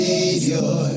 Savior